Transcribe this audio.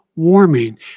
warming